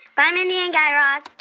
bye, mindy and guy raz